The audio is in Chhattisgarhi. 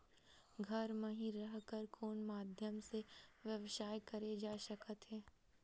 घर म हि रह कर कोन माध्यम से व्यवसाय करे जा सकत हे?